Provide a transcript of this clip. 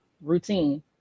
routine